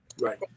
Right